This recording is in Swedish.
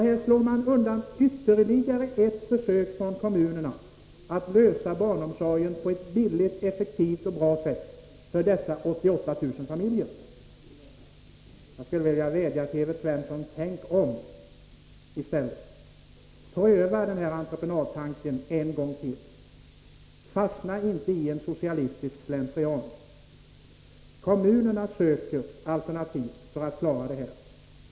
Här slår man undan ytterligare ett försök från kommunerna att lösa barnomsorgsfrågan på ett billigt, effektivt och bra sätt för dessa 88 000 familjer. Jag skulle vilja vädja till Evert Svensson: Tänk om och pröva entreprenadtanken en gång till, fastna inte i en socialistisk slentrian! Kommunerna söker alternativ för att klara det här.